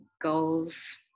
goals